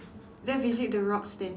then visit the rocks then